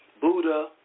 Buddha